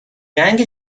جنگ